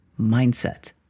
mindset